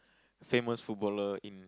famous footballer in